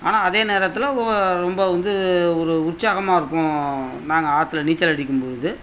ஆனால் அதே நேரத்தில் ரொம்ப வந்து ஒரு உற்சாகமாக இருக்கும் நாங்கள் ஆத்தில் நீச்சல் அடிக்கும்பொழுது